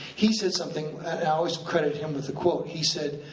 he said something, i always credit him with the quote, he said,